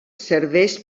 serveix